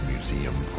Museum